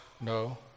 No